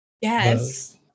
Yes